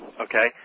okay